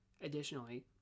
Additionally